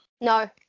No